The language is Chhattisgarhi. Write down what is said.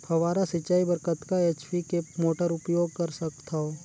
फव्वारा सिंचाई बर कतका एच.पी के मोटर उपयोग कर सकथव?